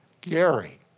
Gary